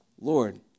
Lord